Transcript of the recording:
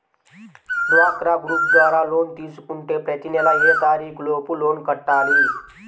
డ్వాక్రా గ్రూప్ ద్వారా లోన్ తీసుకుంటే ప్రతి నెల ఏ తారీకు లోపు లోన్ కట్టాలి?